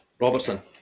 Robertson